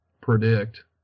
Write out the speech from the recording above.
predict